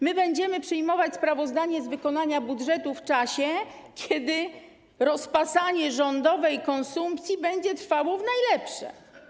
My będziemy przyjmować sprawozdanie z wykonania budżetu w czasie, kiedy rozpasanie rządowej konsumpcji będzie trwało w najlepsze.